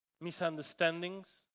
Misunderstandings